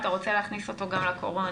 אתה רוצה להכניס אותו גם לקורונה.